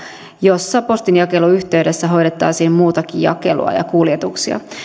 joissa postinjakelun yhteydessä hoidettaisiin muutakin jakelua ja kuljetuksia